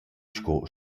sco